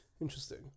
Interesting